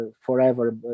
forever